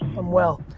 i'm well.